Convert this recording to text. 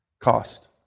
cost